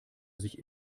sich